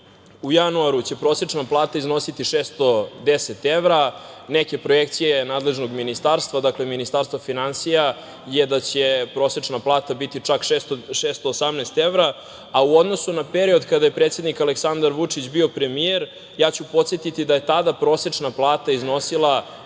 u januaru će prosečna plata iznositi 610 evra. Neke projekcije nadležnog ministarstva, Ministarstva finansija je da će prosečna plata biti čak 618 evra, a u odnosu na period kada je predsednik Aleksandar Vučić bio premijer, podsetiću da je tada prosečna plata iznosila